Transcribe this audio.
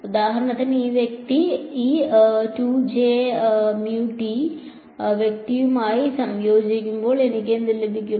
ഉദാഹരണത്തിന് ഈ വ്യക്തി ഈ വ്യക്തിയുമായി സംയോജിപ്പിക്കുമ്പോൾ എനിക്ക് എന്ത് ലഭിക്കും